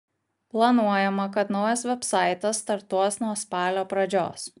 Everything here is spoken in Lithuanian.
planuojama kad naujas vebsaitas startuos nuo spalio pradžios